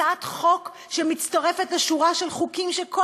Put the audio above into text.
הצעת חוק שמצטרפת לשורה של חוקים שכל